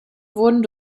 wurden